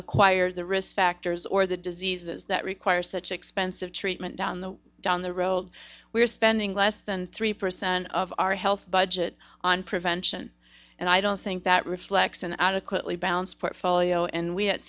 acquire the risk factors or the diseases that require such expensive treatment down the down the road we're spending less than three percent of our health budget on prevention and i don't think that reflects an adequately balanced portfolio and we at